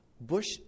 Bush